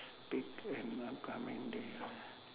pick an upcoming da~